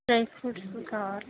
dry fruits కావాలి